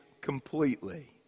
completely